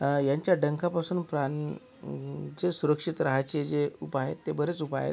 यांच्या डंखापासून प्राण जे सुरक्षित रहायचे जे उपाय ते बरेच उपाय आहेत